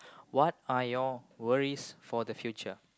what are your worries for the future